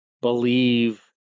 believe